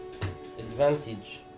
Advantage